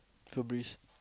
Febreze